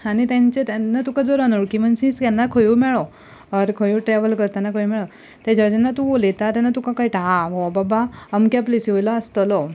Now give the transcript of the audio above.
आनी तेंचे केन्ना जर तुका जर अनवळखी मनीस केन्ना खंयूय मेळ्ळो ओर खंयूय ट्रॅवल करतना खंयूय मेळ्ळो तेच्या कडेन जेन्ना तूं उलयता तेन्ना तुका कळटा आं हो बाबा अमक्या प्लेसीवयलो आसतलो